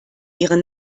ihre